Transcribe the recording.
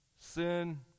Sin